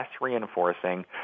reinforcing